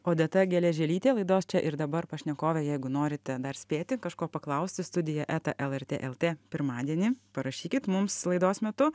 odeta geležėlytė laidos čia ir dabar pašnekovė jeigu norite dar spėti kažko paklausti studija eta lrt lt pirmadienį parašykit mums laidos metu